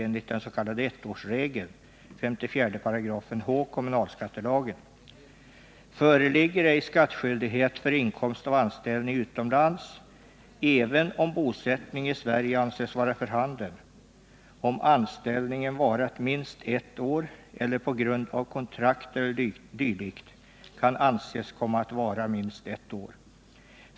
12 december 1978 Enligt den s.k. ettårsregeln kommunalskattelagen, föreligger ej skattskyldighet för inkomst av anställning utomlands — även om bosättning i Sverige anses vara för handen — om anställningen varat minst ett år eller på grund av kontrakt e. d. kan anses komma att vara minst ett år.